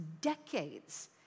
decades